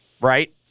right